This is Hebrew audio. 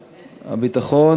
ושלישית.